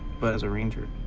but as a ranger,